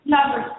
Number